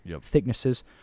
Thicknesses